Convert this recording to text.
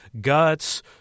Guts